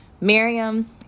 Miriam